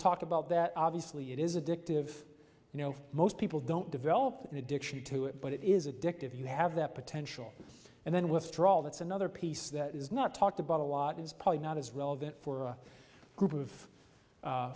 talk about that obviously it is addictive you know most people don't develop an addiction to it but it is addictive you have that potential and then withdraw that's another piece that is not talked about a lot is probably not as relevant for a group of